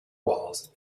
walls